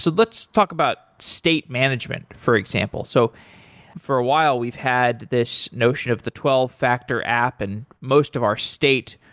so let's talk about state management, for example. so for a while we've had this notion of the twelve factor app and most of our state,